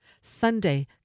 Sunday